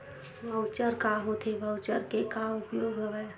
Voucher का होथे voucher के का उपयोग हवय?